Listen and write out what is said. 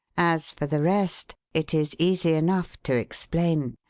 as for the rest, it is easy enough to explain.